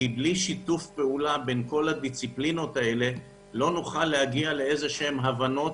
בלי שיתוף פעולה בין - דיסיפלינרי לא נוכל להגיע לתובנות.